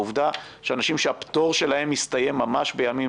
העובדה שאנשים שהפטור שלהם מסתיים ממש בימים